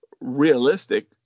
realistic